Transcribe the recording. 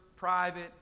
Private